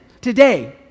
today